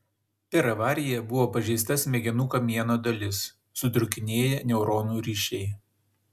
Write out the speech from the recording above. per avariją buvo pažeista smegenų kamieno dalis sutrūkinėję neuronų ryšiai